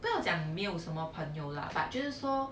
不要讲没有什么朋友 lah but 就是说